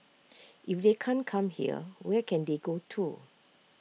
if they can't come here where can they go to